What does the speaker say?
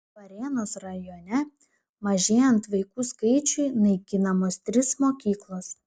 varėnos rajone mažėjant vaikų skaičiui naikinamos trys mokyklos